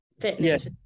fitness